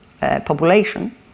population